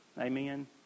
Amen